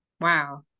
Wow